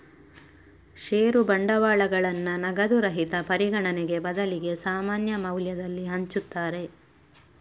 ಷೇರು ಬಂಡವಾಳಗಳನ್ನ ನಗದು ರಹಿತ ಪರಿಗಣನೆಗೆ ಬದಲಿಗೆ ಸಾಮಾನ್ಯ ಮೌಲ್ಯದಲ್ಲಿ ಹಂಚುತ್ತಾರೆ